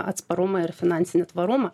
atsparumą ir finansinį tvarumą